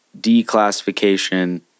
declassification